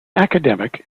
academic